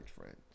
friends